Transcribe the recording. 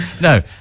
No